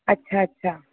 अछा अछा